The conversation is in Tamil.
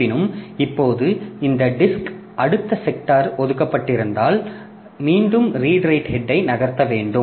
இருப்பினும் இப்போது இந்த டிஸ்க்ல் அடுத்த செக்டார் ஒதுக்கப்பட்டிருந்தால் மீண்டும் ரீடு ரைட் ஹெட் ஐ நகர்த்த வேண்டும்